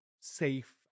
safe